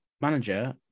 manager